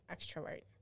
extrovert